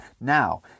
Now